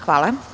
Hvala.